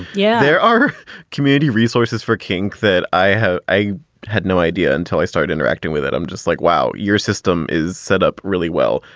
yeah, there are community resources for kink that i have. i had no idea until i started interacting with it. i'm just like, wow, your system is setup really well.